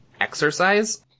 exercise